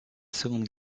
seconde